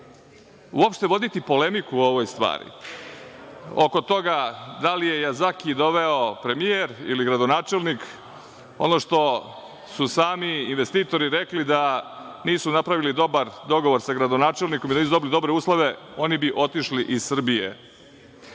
uopšte voditi polemiku o ovoj stvari, oko toga da li je Jazaki doveo premijer ili gradonačelnik. Ono što su sami investitori rekli da nisu napravili dobar dogovor sa gradonačelnikom i da nisu dobili dobre uslove, oni bi otišli iz Srbije. Pošto